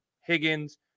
Higgins